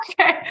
Okay